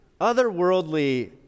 otherworldly